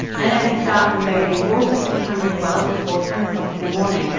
an early start from bodiam brought us to tunbridge wells before ten o'clock in the morning.